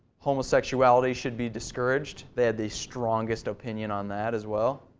homosexuality should be discouraged they had the strongest opinion on that as well.